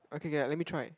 okay K let me try